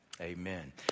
Amen